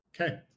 okay